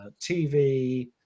TV